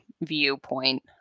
viewpoint